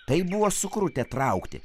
taip buvo sukrutę traukti